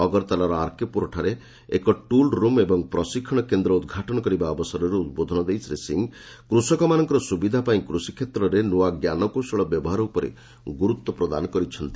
ଅଗରତାଲାର ଆରକେପୁରଠାରେ ଏକ tool room ଓ ପ୍ରଶିକ୍ଷଣ କେନ୍ଦ୍ର ଉଦ୍ଘାଟନ କରିବା ଅବସରରେ ଉଦ୍ବୋଧନ ଦେଇ ଶ୍ରୀ ସିଂ କୃଷକମାନଙ୍କର ସୁବିଧା ପାଇଁ କୃଷିକ୍ଷେତ୍ରରେ ନୂଆ ଜ୍ଞାନକୌଶଳ ବ୍ୟବହାର ଉପରେ ଗୁରୁତ୍ୱପ୍ରଦାନ କରିଚ୍ଛନ୍ତି